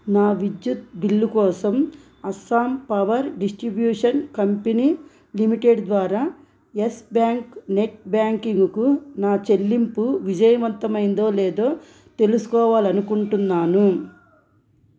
నా విద్యుత్ బిల్లు కోసం Assam power distribution company limited ద్వారా ఎస్ బ్యాంక్ నెట్ బ్యాంకింగ్కు నా చెల్లింపు విజయవంతమైందో లేదో తెలుసుకోవాలి అనుకుంటున్నాను